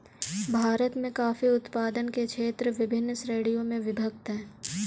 भारत में कॉफी उत्पादन के क्षेत्र विभिन्न श्रेणियों में विभक्त हैं